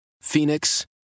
Phoenix